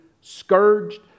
scourged